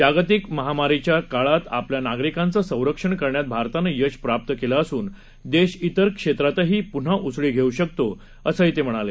जागतिक महामारीच्या काळात आपल्या नागरीकांचं संरक्षण करण्यात भारतानं यश प्राप्त केलं असून देश तिर क्षेत्रातही पुन्हा उसळी घेऊ शकतो असं ते म्हणाले